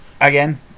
Again